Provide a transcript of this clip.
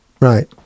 Right